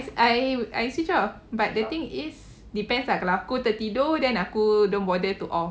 I I switch off but the thing is depends lah kalau aku tertidur then aku don't bother to off